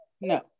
no